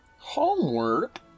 Homework